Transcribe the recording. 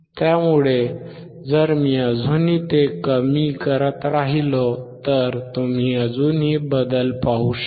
त्यामुळे जर मी अजूनही ते कमी करत राहिलो तर तुम्ही अजूनही बदल पाहू शकता